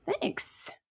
Thanks